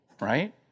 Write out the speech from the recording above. right